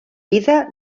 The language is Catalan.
vida